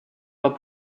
pas